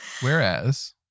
Whereas